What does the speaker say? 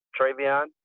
Travion